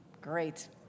Great